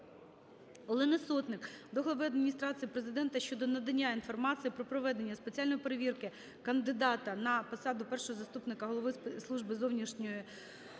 Олени Сотник до глави Адміністрації Президента щодо надання інформації про проведення спеціальної перевірки кандидата на посаду першого заступника голови Служби зовнішньої розвідки